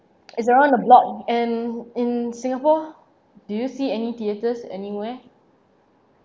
it's around the block and in singapore do you see any theaters anywhere